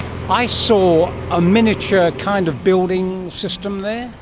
i saw a miniature kind of building system there.